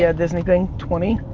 yeah disney thing, twenty.